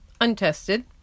untested